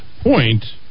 point